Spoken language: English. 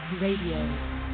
Radio